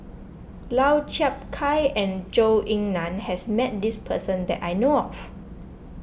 Lau Chiap Khai and Zhou Ying Nan has met this person that I know of